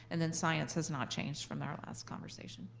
and then science has not changed from our last conversation.